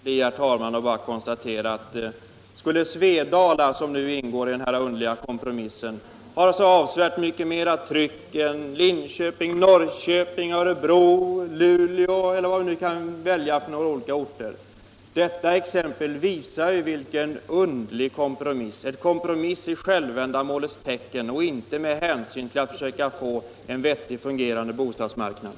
Herr talman! Jag kan inte låta bli att fråga om exempelvis Svedala, som ingår i denna underliga kompromiss, har så avsevärt mycket mer tryck på hyresmarknaden än Linköping, Norrköping, Örebro, Luleå eller vilken annan ort som man kan välja. Exemplet visar hur underlig denna kompromiss är, en kompromiss i självändamålets tecken och inte med hänsyn till att försöka få en vettigt fungerande bostadsmarknad.